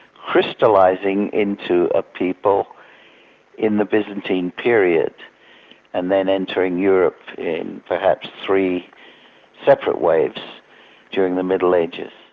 crystallising into a people in the byzantine period and then entering europe in perhaps three separate waves during the middle ages.